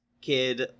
kid